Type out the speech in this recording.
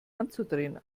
anzudrehen